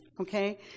okay